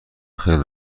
خیلی